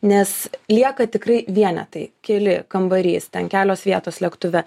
nes lieka tikrai vienetai keli kambarys ten kelios vietos lėktuve